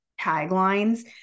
taglines